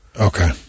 Okay